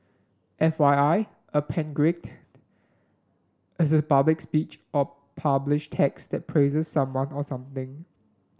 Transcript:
F Y I a panegyric is a public speech or published text that praises someone or something